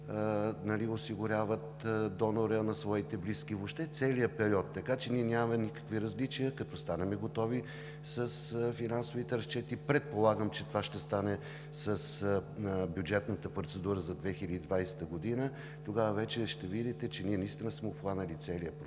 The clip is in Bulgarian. осигуряват донора на своите близки – въобще целия период. Ние нямаме никакви различия. Когато сме готови с финансовите разчети – предполагам, че това ще стане с бюджетната процедура за 2020 г., тогава ще видите, че ние наистина сме обхванали целия процес,